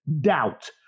doubt